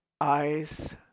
eyes